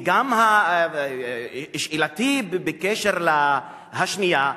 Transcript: שאלתי השנייה: